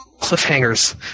cliffhangers